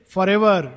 Forever